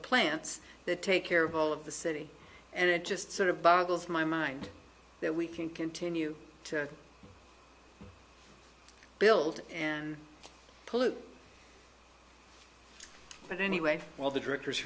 plants that take care of all of the city and it just sort of boggles my mind that we can continue to build and pollute but anyway well the directors